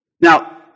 Now